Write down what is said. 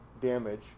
damage